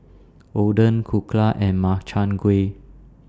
Oden Dhokla and Makchang Gui